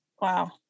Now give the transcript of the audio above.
Wow